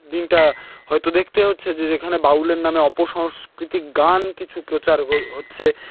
দিনটা হয়তো দেখতে হচ্ছে যে যেখানে বাউলের নামে অপসংস্কৃতিক গান কিছু প্রচার হ হচ্ছে